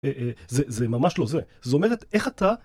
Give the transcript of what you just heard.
זה זה ממש לא זה זאת אומרת איך אתה